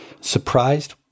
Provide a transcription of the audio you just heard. surprised